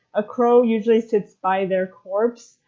a crow usually sits by their corpse.